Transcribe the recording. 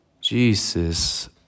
Jesus